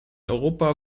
europa